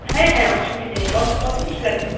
হ্যাঁ হ্যাঁ অসুবিধা নেই কত কত পিস লাগবে